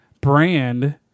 brand